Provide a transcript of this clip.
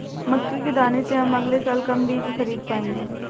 मक्के के दाने से हम अगले साल कम बीज खरीद पाएंगे